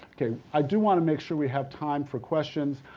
okay, i do wanna make sure we have time for questions.